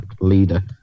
leader